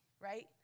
right